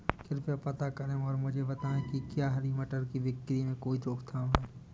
कृपया पता करें और मुझे बताएं कि क्या हरी मटर की बिक्री में कोई रोकथाम है?